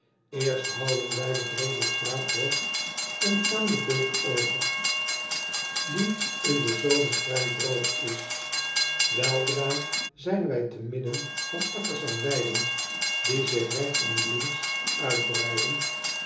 erst houden wij den breeden straatweg en gaan de beek over die in den zomer vrij droog is eldra zijn wij te midden van akkers en weiden die zich regts en links uitbreiden